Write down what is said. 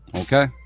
Okay